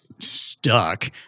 stuck